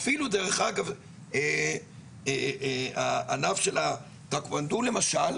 אפילו דרך אגב הענף של הטקוואנדו למשל,